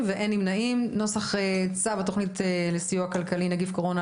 הצבעה אושר נוסח צו התכנית לסיוע כלכלי (נגיף קורונה